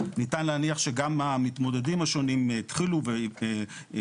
ניתן להניח שגם המתמודדים השונים התחילו ויכלו